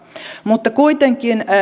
mutta kuitenkin